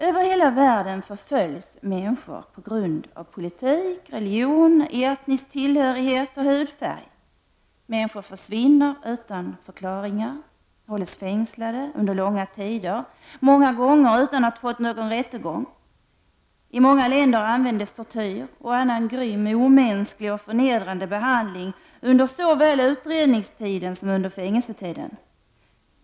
Över hela världen förföljs människor på grund av politik, religion, etnisk tillhörighet och hudfärg. Människor försvinner utan förklaringar, hålles fängslade under långa tider, många gånger utan att ha fått någon rättegång. I många länder användes tortyr och annan grym, omänsklig och förnedrande behandling under såväl utredningstiden som under fängelsetiden.